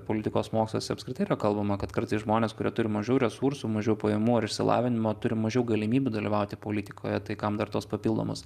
politikos moksluose apskritai yra kalbama kad kartais žmonės kurie turi mažų resursų mažiau pajamų ar išsilavinimo turi mažiau galimybių dalyvauti politikoje tai kam dar tuos papildomus